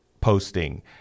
posting